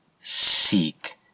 Seek